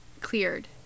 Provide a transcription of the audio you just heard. cleared